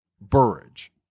Burridge